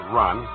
run